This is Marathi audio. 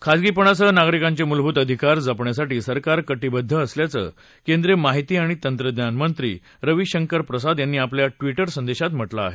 खासगीपणासह नागरिकांचे मूलभूत अधिकार जपण्यासाठी सरकार कटिबद्ध असल्याचं केंद्रीय माहिती आणि तंत्रज्ञानमंत्री रवी शंकर प्रसाद यांनी आपल्या ट्विटर संदेशात म्हटलं आहे